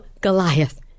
Goliath